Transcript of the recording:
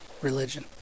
religion